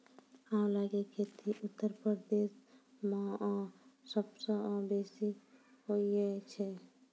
आंवला के खेती उत्तर प्रदेश मअ सबसअ बेसी हुअए छै